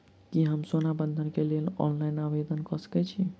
की हम सोना बंधन कऽ लेल आवेदन ऑनलाइन कऽ सकै छी?